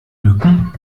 mücken